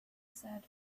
said